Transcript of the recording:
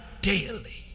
daily